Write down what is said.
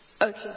Okay